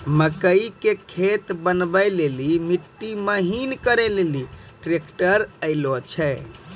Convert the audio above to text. मकई के खेत बनवा ले ली मिट्टी महीन करे ले ली ट्रैक्टर ऐलो?